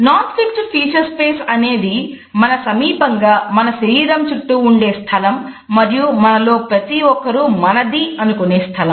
non fixed feature space అనేది మన సమీపంగా మన శరీరం చుట్టూ ఉండే స్థలం మరియు మనలో ప్రతి ఒక్కరూ మనది అనుకునే స్థలం